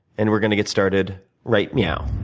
and we're going to get started right now.